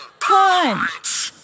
punch